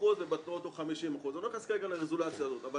30% ובתנועות 50% אני לא נכנסת כרגע לרזולוציה הזו אבל